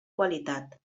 qualitat